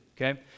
okay